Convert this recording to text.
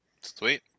Sweet